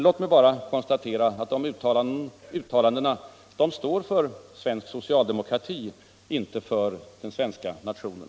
Låt mig bara konstatera att de uttalandena står för svensk socialdemokrati, inte för den svenska nationen.